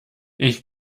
ich